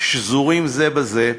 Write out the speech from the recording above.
שזורים זה בזה,